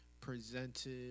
presented